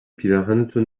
پیرهنتو